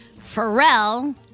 Pharrell